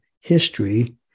history